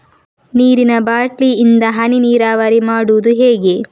ನೀರಿನಾ ಬಾಟ್ಲಿ ಇಂದ ಹನಿ ನೀರಾವರಿ ಮಾಡುದು ಹೇಗೆ?